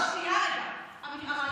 שנייה, רגע.